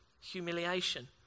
humiliation